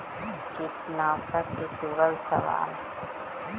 कीटनाशक से जुड़ल सवाल?